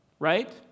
right